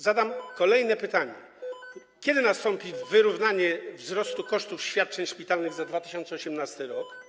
Zadam pytanie: Kiedy nastąpi wyrównanie wzrostu kosztów świadczeń szpitalnych za 2018 r.